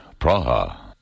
Praha